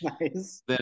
Nice